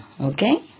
okay